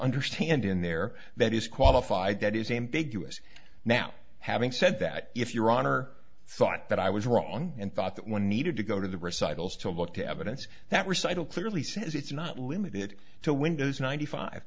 understand in there that is qualified that is ambiguous now having said that if your honor thought that i was wrong and thought that when needed to go to the recitals to look to evidence that recital clearly says it's not limited to windows ninety five